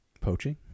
Poaching